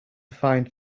find